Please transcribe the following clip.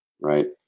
Right